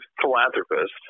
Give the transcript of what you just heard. philanthropist